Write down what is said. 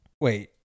Wait